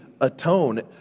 atone